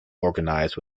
organized